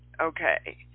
Okay